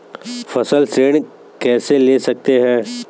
फसल ऋण कैसे ले सकते हैं?